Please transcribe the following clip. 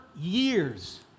years